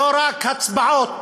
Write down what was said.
לא רק הצבעות.